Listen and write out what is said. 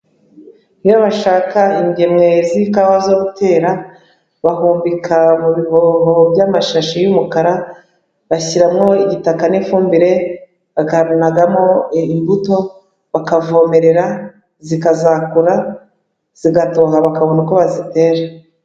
Iyo bashaka ingemwe z'ikawa zo gutera bahumbika mu bihoho by'amashashi y'umukara, bashyiramo igitaka n'ifumbire bakamenamo imbuto bakavomerera zikazakura zigatoha bakabona uko bazitera.